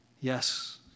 Yes